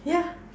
ya